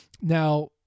now